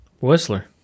Whistler